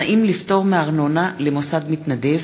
(תנאים לפטור מארנונה למוסד מתנדב),